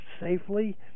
safely